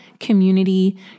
community